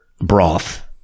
broth